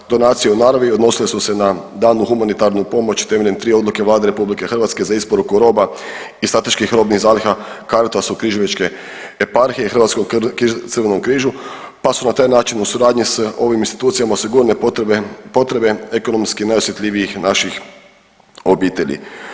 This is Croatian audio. Donacije u naravni odnosile su se na danu humanitarnu pomoć temeljem 3 odluke Vlade RH za isporuka roba iz strateških robnih zaliha Caritasu križevečke eparhije i Hrvatskom crvenom križu, pa su na taj način u suradnji s ovim institucijama osigurane potrebe ekonomski najosjetljivijih naših obitelji.